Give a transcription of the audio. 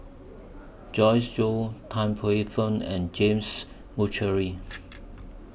Joyce Jue Tan Paey Fern and James Puthucheary